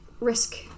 risk